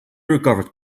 recovered